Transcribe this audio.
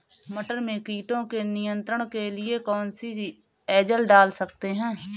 मटर में कीटों के नियंत्रण के लिए कौन सी एजल डाल सकते हैं?